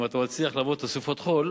אם אתה מצליח לעבור את סופות החול,